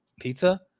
pizza